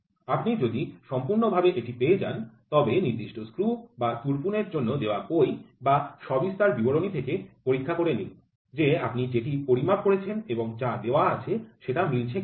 আপনি যদি সম্পূর্ণভাবে এটি পেয়ে যান তবে নির্দিষ্ট স্ক্রু বা তুরপুনের জন্য দেওয়া বই বা সবিস্তার বিবরণী থেকে পরীক্ষা করে নিন যে আপনি যেটি পরিমাপ করেছেন এবং যা দেওয়া আছে সেটা মিলছে কিনা